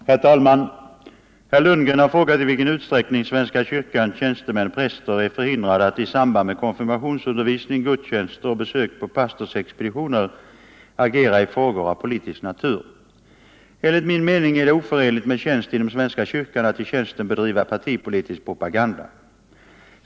Herr talman! Herr Lundgren har frågat i vilken utsträckning svenska kyrkans tjänstemän/präster är förhindrade att i samband med konfirmationsundervisning, gudstjänster och besök på pastorsexpeditioner agera i frågor av politisk natur. Enligt min mening är det oförenligt med tjänst inom svenska kyrkan att i tjänsten bedriva partipolitisk propaganda.